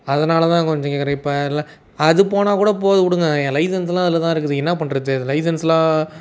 அதனால் தான் கொஞ்சம் கேட்குறேன் இப்போ இல்லை அது போனால் கூட போது விடுங்க என் லைசென்ஸ் எல்லாம் அதில் தான் இருக்குது என்ன பண்ணுறது லைசன்ஸ் எல்லாம்